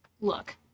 look